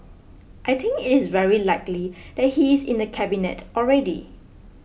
I think it is very likely that he is in the Cabinet already